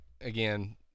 Again